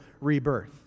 rebirth